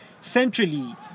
centrally